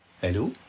Hello